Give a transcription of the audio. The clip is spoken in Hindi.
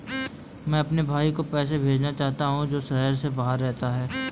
मैं अपने भाई को पैसे भेजना चाहता हूँ जो शहर से बाहर रहता है